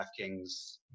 DraftKings